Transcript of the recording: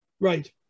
Right